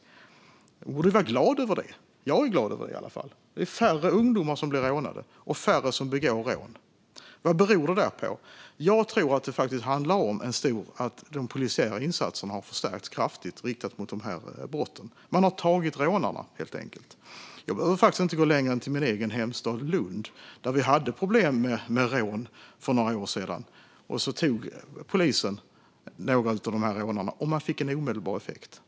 Hon borde ju vara glad över det. Jag är i alla fall glad över det. Det är färre ungdomar som blir rånade och färre som begår rån. Vad beror då detta på? Jag tror faktiskt att det handlar om att de polisiära insatserna riktade mot de här brotten har förstärkts kraftigt. Man har tagit rånarna, helt enkelt. Jag behöver faktiskt inte gå längre än till min egen hemstad Lund, där vi hade problem med rån för några år sedan. Sedan tog polisen några av de här rånarna, och man fick en omedelbar effekt.